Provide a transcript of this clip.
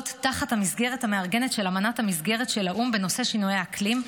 תחת המסגרת המארגנת של אמנת המסגרת של האו"ם בנושא שינויי האקלים,